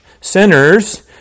sinners